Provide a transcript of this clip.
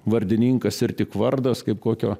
vardininkas ir tik vardas kaip kokio